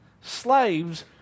Slaves